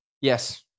Yes